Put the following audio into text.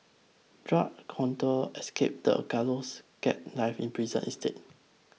drug counter escapes the gallows gets life in prison instead